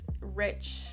rich